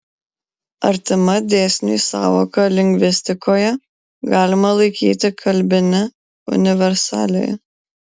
artima dėsniui sąvoka lingvistikoje galima laikyti kalbinę universaliją